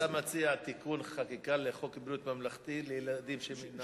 אתה מציע תיקון חקיקה לחוק בריאות ממלכתי לילדים שהם אינם,